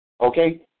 Okay